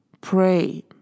Pray